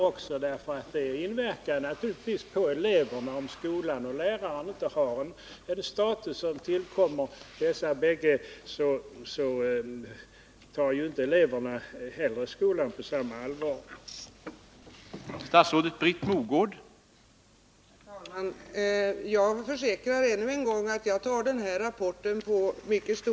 Naturligt vis inverkar det på eleverna om skolan och lärarna inte har den status somde Nr 29 borde ha. Då tar givetvis inte eleverna skolan så allvarligt heller. Torsdagen den